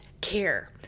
care